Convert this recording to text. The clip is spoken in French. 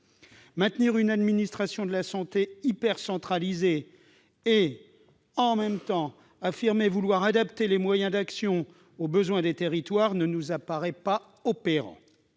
Maintenir une administration de la santé hypercentralisée et, en même temps, affirmer vouloir adapter les moyens d'action aux besoins des territoires ne nous apparaît pas opérant.